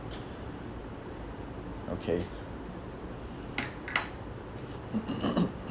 okay